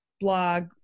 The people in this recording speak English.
blog